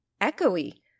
echoey